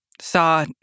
saw